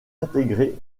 intégrée